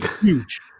huge